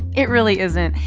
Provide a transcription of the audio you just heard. it really isn't.